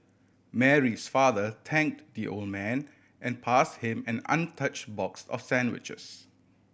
Mary's father thank the old man and pass him an untouch box of sandwiches